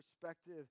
perspective